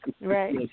Right